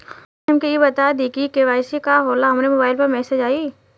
तनि हमके इ बता दीं की के.वाइ.सी का होला हमरे मोबाइल पर मैसेज आई?